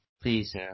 Please